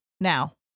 now